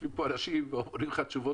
יושבים פה אנשים שאומרים לך תשובות